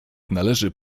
należy